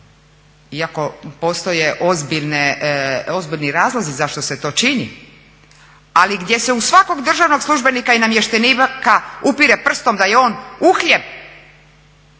iako postoje ozbiljni razlozi zašto se to čini, ali gdje se u svakog državnog službenika i namještenika upire prstom da je on uhljeb.